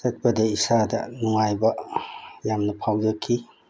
ꯆꯠꯄꯗ ꯏꯁꯥꯗ ꯅꯨꯡꯉꯥꯏꯕ ꯌꯥꯝꯅ ꯐꯥꯎꯖꯈꯤ